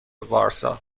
وارسا